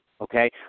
okay